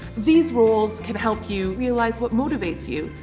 these roles can help you realise what motivates you.